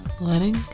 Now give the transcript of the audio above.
letting